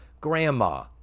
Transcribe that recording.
Grandma